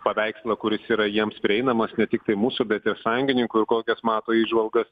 paveikslą kuris yra jiems prieinamas ne tiktai mūsų bet ir sąjungininkų ir kokias mato įžvalgas